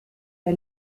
der